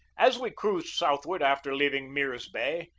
as we cruised southward after leaving mirs bay,